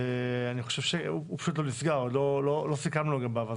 אני חושב שהוא פשוט לא נסגר, לא סיכמנו לגביו.